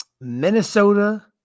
Minnesota